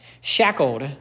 shackled